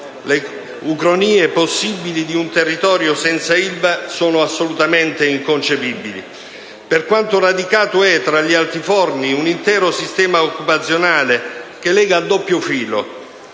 le ucronìe possibili di un territorio senza Ilva sono assolutamente inconcepibili per quanto radicato è tra gli altiforni un intero sistema occupazionale che lega a doppio filo